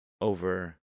over